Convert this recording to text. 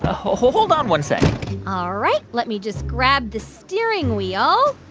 ah hold on one sec ah all right, let me just grab the steering wheel.